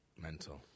mental